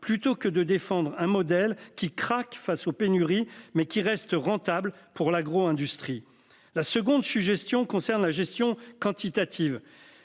plutôt que de défendre un modèle qui craque face aux pénuries mais qu'il reste rentable pour l'agro-industrie. La seconde suggestion concerne la gestion quantitative.